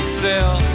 sell